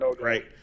right